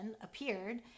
appeared